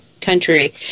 country